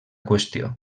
qüestió